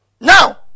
Now